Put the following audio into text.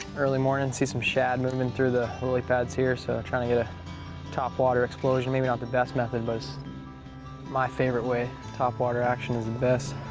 early morning, see some shad moving through the lily pads here, so i'm trying to get a top-water explosion. maybe not the best method, but it's my favorite way. top-water action is the and best.